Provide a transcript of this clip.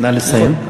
נא לסיים.